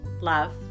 love